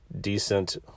decent